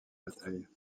bataille